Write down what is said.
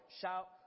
shout